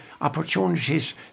opportunities